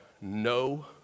no